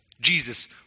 Jesus